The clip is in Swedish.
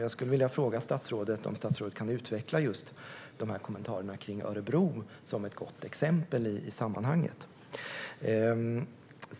Jag skulle vilja fråga statsrådet om statsrådet kan utveckla resonemanget när det gäller Örebro som ett gott exempel i sammanhanget.